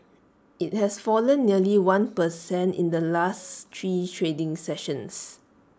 IT has fallen nearly one per cent in the last three trading sessions